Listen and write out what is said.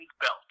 belt